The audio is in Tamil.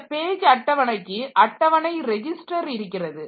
இந்த பேஜ் அட்டவணைக்கு அட்டவணை ரெஜிஸ்டர் இருக்கிறது